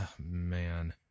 man